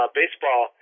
baseball